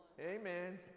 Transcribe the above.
Amen